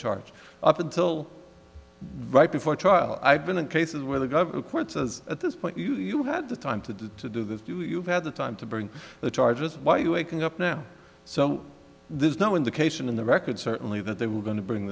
charge up until right before trial i've been in cases where the government courts as at this point you had the time to do to do this you had the time to bring the charges why you're waking up now so there's no indication in the record certainly that they were going to bring